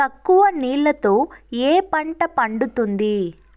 తక్కువ నీళ్లతో ఏ పంట పండుతుంది?